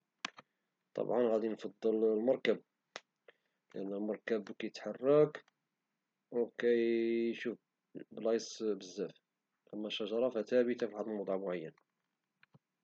طبعا غادي نفضل المركب لان المركب كيتحرك او كيشوف بلايص بزاف اما الشجرة فثابتة فواحد الموضع معين